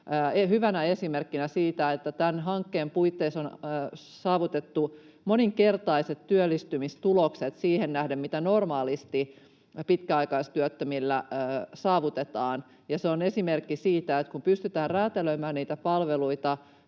hyvänä esimerkkinä siitä, että tämän hankkeen puitteissa on saavutettu moninkertaiset työllistymistulokset siihen nähden, mitä normaalisti pitkäaikaistyöttömillä saavutetaan, ja se on esimerkki siitä, että kun pystytään räätälöimään niitä palveluita